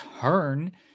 turn